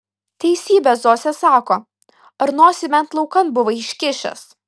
teisybę zosė sako ar nosį bent laukan buvai iškišęs